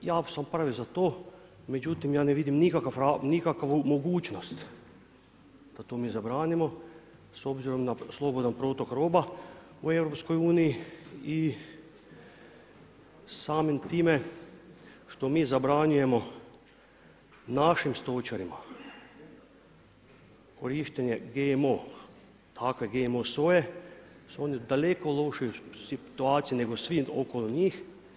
Ja sam prvi za to, no međutim, ja ne vidim nikakvu mogućnost da to mi zabranimo, s obzirom na slobodan protok roba u EU i samim time, što mi zabranjujemo našim stočarima, korištenje GMO … soje, su oni u dalekoj lošijoj situaciji nego svi okolo njih.